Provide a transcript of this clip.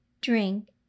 drink